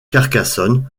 carcassonne